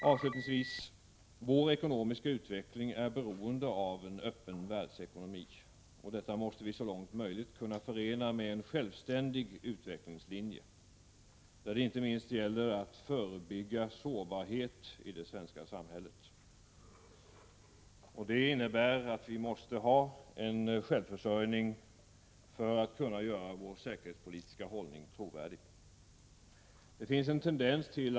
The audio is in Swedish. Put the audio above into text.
Avslutningsvis: Vår ekonomiska utveckling är beroende av en öppen världsekonomi. Detta måste vi så långt möjligt kunna förena med en självständig utvecklingslinje, där det inte minst gäller att förebygga sårbarhet i det svenska samhället. Det innebär bl.a. att vi måste ha en självförsörjning för att vår säkerhetspolitiska hållning skall vara trovärdig.